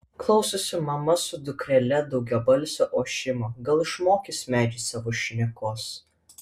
klausosi mama su dukrele daugiabalsio ošimo gal išmokys medžiai savo šnekos